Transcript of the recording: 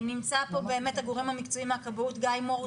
נמצא פה באמת הגורם המקצועי מהכבאות, גיא מור.